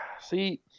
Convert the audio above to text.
See